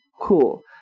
Cool